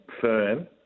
firm